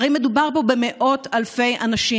הרי מדובר פה במאות אלפי אנשים